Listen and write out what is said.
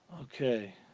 Okay